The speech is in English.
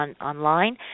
online